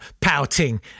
pouting